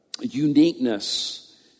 uniqueness